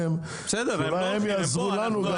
צריכים להתקדם ואולי הם יעזרו לנו.